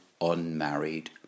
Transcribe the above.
unmarried